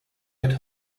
get